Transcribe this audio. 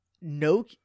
no